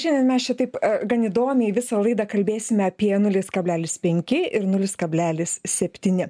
šiandien mes čia taip gan įdomiai visą laidą kalbėsime apie nulis kablelis penki ir nulis kablelis septyni